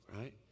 right